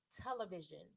television